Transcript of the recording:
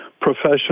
professional